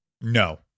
No